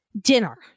dinner